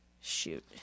shoot